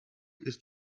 ist